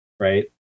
Right